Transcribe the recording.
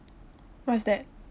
what's that